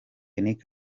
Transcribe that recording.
nic